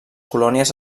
colònies